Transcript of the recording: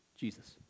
Jesus